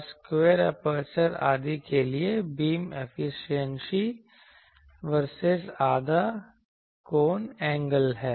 और square aperture आदि के लिए बीम एफिशिएंसी वर्सेस आधा कोन एंगल है